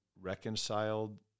reconciled